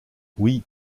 oui